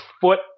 foot